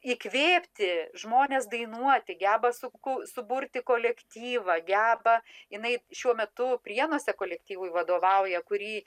įkvėpti žmones dainuoti geba sukur suburti kolektyvą geba jinai šiuo metu prienuose kolektyvui vadovauja kurį